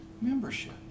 membership